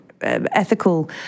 ethical